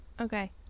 Okay